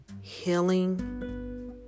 healing